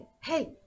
hey